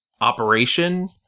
operation